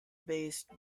based